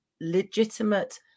legitimate